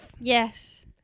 Yes